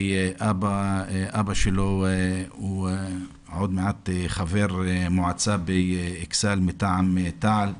ואבא שלו עוד מעט חבר מועצה באיכסאל מטעם תע"ל.